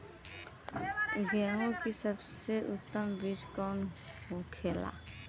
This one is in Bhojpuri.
गेहूँ की सबसे उत्तम बीज कौन होखेला?